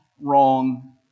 wrong